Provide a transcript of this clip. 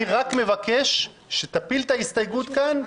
אני רק מבקש שתפיל את ההסתייגות כאן,